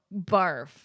barf